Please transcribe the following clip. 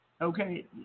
okay